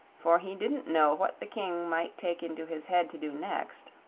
for he didn't know what the king might take into his head to do next.